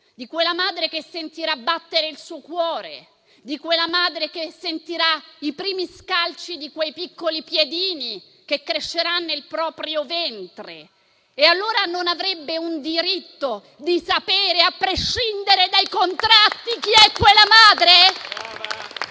unico, che sentirà battere il suo cuore, che sentirà i primi scalci di quei piccoli piedini che crescerà nel proprio ventre. Non avrebbe il diritto di sapere, a prescindere dai contratti, chi è quella madre?